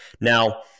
Now